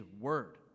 Word